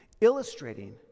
illustrating